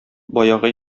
баягы